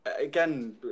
again